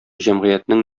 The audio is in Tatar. җәмгыятьнең